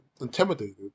intimidated